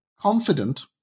confident